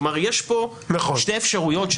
כלומר, יש כאן שתי אפשרויות.